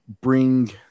bring